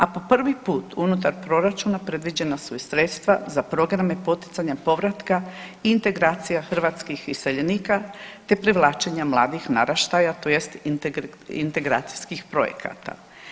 A po prvi put unutar proračuna predviđena su i sredstva za programe poticanja povratka i integracija hrvatskih iseljenika te privlačenja mladih naraštaja tj. integracijskih projekata.